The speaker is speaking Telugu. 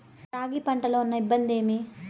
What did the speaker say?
రాగి పంటలో ఉన్న ఇబ్బంది ఏమి?